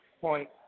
point